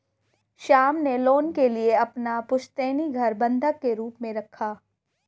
श्याम ने लोन के लिए अपना पुश्तैनी घर बंधक के रूप में रखा